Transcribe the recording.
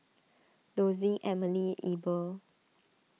Dossie Emily Eber